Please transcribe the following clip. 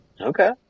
okay